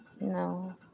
No